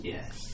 Yes